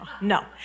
No